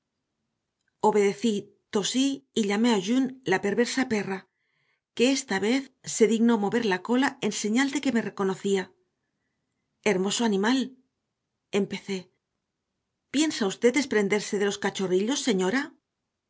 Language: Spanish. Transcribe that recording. tosí y llamé a june la perversa perra que esta vez se dignó mover la cola en señal de que me reconocía hermoso animal empecé piensa usted desprenderse de los cachorrillos señora